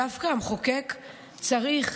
דווקא המחוקק צריך,